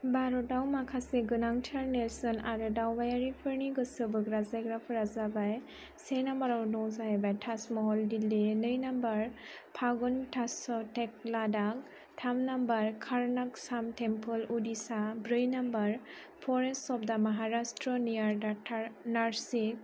भारतआव माखासे गोनांथार नेरसोन आरो दावबायारिफोरनि गोसो बोग्रा जायगाफोरा जाबाय से नाम्बाराव दं जाहैबाय ताजमहल दिल्ली नै नाम्बार फागुन टास्स'टेक्ला दाब थाम नाम्बार कर्नाक सान टेम्फोल उड़िसा ब्रै नाम्बार फरेस अफ डा महाराष्ट्र नियार डा थारनासि